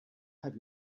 have